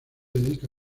dedica